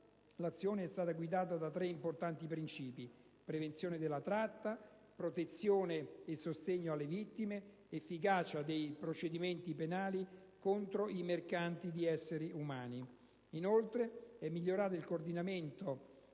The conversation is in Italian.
l'azione è stata guidata da tre importanti principi: prevenzione della tratta; protezione e sostegno alle vittime; efficacia dei procedimenti penali contro i mercanti di esseri umani. Inoltre, è migliorato il coordinamento